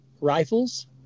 Rifles